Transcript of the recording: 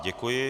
Děkuji.